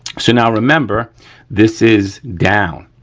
so now, remember this is down,